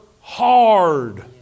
hard